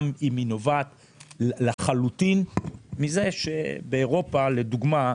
גם אם היא נובעת לחלוטין מזה שבאירופה לדוגמה,